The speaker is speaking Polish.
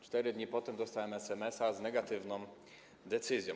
4 dni potem dostałem SMS-a z negatywną decyzją.